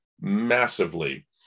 massively